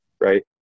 right